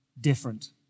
different